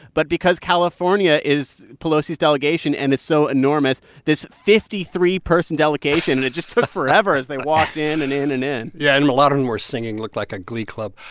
but because california is pelosi's delegation and it's so enormous, this fifty three person delegation and it just took forever as they walked in and in and in yeah. and a lot of them were singing looked like a glee club.